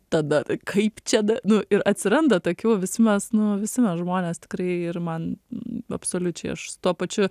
tada kaip čia da nu ir atsiranda tokių visi mes nu visi mes žmonės tikrai ir man absoliučiai aš tuo pačiu